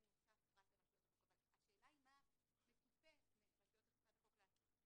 נוסף פרט לרשויות החוק אבל השאלה היא מה מצופה מרשויות אכיפת החוק לעשות.